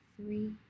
three